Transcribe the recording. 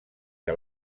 que